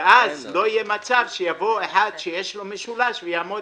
ואז לא יהיה מצב שיבוא מישהו שיש לו משולש ויעמוד